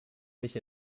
mich